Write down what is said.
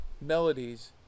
melodies